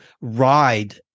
ride